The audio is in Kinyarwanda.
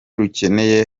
rukeneye